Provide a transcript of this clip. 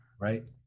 Right